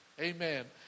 Amen